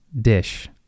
dish